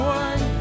one